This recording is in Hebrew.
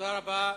תודה רבה.